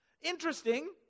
Interesting